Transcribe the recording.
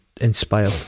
inspired